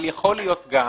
אבל יכול להיום גם,